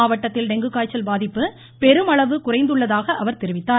மாவட்டத்தில் டெங்கு காய்ச்சல் பாதிப்பு பெருமளவு குறைந்துள்ளதாக அவர் தெரிவித்தார்